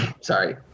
sorry